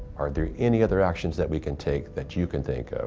are there any other actions that we can take, that you can think of,